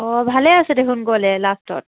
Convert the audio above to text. অঁ ভালে আছে দেখোন গ'লে লাষ্টত